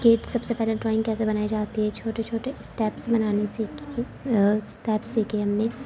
کہ سب سے پہلے ڈرائنگ کیسے بنائی جاتی ہے چھوٹے چھوٹے اسٹیپس بنانی سیکھی تھی اسٹیپس سیکھے ہم نے